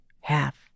half